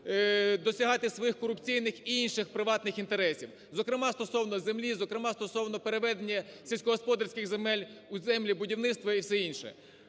досягати своїх корупційних і інших приватних інтересів. Зокрема, стосовно землі, зокрема, стосовно переведення сільськогосподарських земель у землі будівництва і все інше.